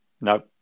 No